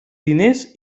diners